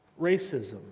Racism